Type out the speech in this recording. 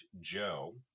Joe